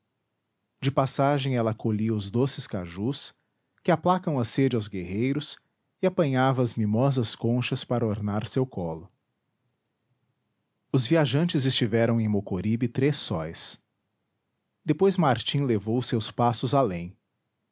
de passagem ela colhia os doces cajus que aplacam a sede aos guerreiros e apanhava as mimosas conchas para ornar seu colo os viajantes estiveram em mocoribe três sóis depois martim levou seus passos além